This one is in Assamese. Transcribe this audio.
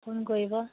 ফোন কৰিব